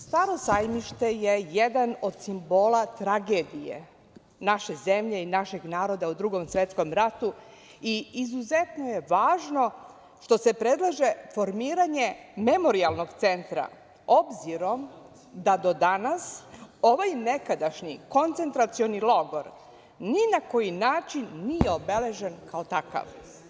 Staro sajmište“ je jedan od simbola tragedije naše zemlje i našeg naroda, u Drugom svetskom ratu i izuzetno je važno što se predlaže formiranja memorijalnog centra, obzirom da do danas ovaj nekadašnji koncentracioni logor ni na koji način nije obeležen kao takav.